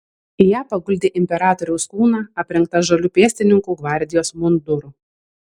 į ją paguldė imperatoriaus kūną aprengtą žaliu pėstininkų gvardijos munduru